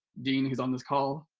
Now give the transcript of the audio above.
being he is on this call,